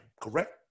correct